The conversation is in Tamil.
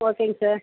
ஓகேங்க சார்